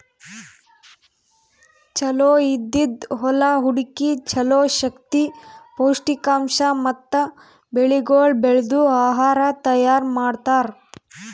ಚಲೋ ಇದ್ದಿದ್ ಹೊಲಾ ಹುಡುಕಿ ಚಲೋ ಶಕ್ತಿ, ಪೌಷ್ಠಿಕಾಂಶ ಮತ್ತ ಬೆಳಿಗೊಳ್ ಬೆಳ್ದು ಆಹಾರ ತೈಯಾರ್ ಮಾಡ್ತಾರ್